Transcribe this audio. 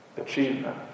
achievement